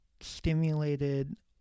stimulated